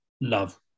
love